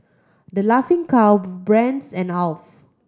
The Laughing Cow Brand's and Alf